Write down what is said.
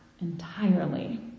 entirely